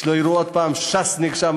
שלא יראו עד הפעם ש"סניק שם,